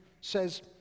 says